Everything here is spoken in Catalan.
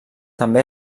també